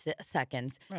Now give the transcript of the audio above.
seconds